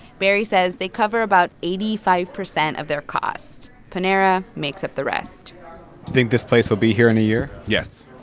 barry says they cover about eighty five percent of their costs. panera makes up the rest you think this place will be here in a year? yes.